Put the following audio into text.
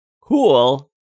cool